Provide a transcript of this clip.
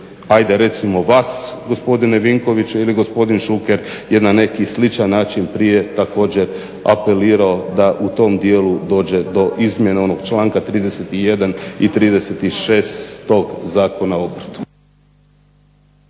adje recimo vas gospodine Vinkoviću jel gospodin Šuker je na neki sličan način prije apelirao također da u tom dijelu dođe do izmjena onog članka 31.i 36.tog zakona o obrtu.